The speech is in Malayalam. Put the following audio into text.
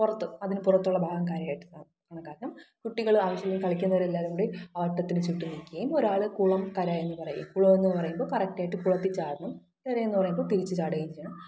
പുറത്ത് അതിന് പുറത്തുള്ള ഭാഗം കരയായിട്ടും കണക്കാക്കും കുട്ടികൾ ആവശ്യമുള്ളവർ കളിക്കുന്നവർ എല്ലാവരും കൂടി ആ വട്ടത്തിന് ചുറ്റും നിൽക്കുകയും ഒരാൾ കുളം കര എന്ന് പറയും കുളം എന്ന് പറയുമ്പോൾ കറക്റ്റ് ആയിട്ട് കുളത്തിൽ ചാടണം കര എന്ന് പറയുമ്പോൾ തിരിച്ച് ചാടുകയും ചെയ്യണം